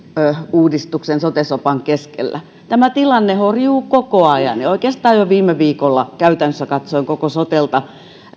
uudistuksen sote sopan keskellä tämä tilanne horjuu koko ajan ja oikeastaan jo viime viikolla käytännössä katsoen koko sotelta